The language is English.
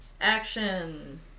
action